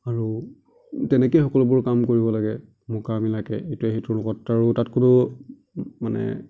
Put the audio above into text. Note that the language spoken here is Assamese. আৰু তেনেকৈ সকলোবোৰ কাম কৰিব লাগে মোকামিলাকৈ ইটোৱে সিটোৰ লগত আৰু তাত কোনো মানে